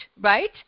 Right